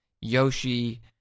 Yoshi